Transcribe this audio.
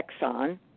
Exxon